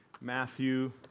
Matthew